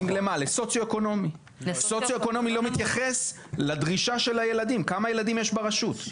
סוציו-אקונומי לא מתייחס לדרישה של הילדים כמה ילדים יש ברשות,